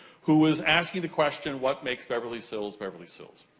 who was asking the question, what makes beverly sills, beverly sills?